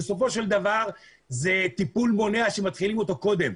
בסופו של דבר זה טיפול מונע שמתחילים אותו קודם.